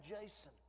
Jason